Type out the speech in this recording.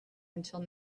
until